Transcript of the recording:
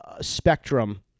spectrum